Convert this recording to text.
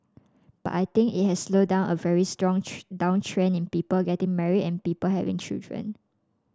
but I think it has slowed down a very strong downtrend in people getting married and people having children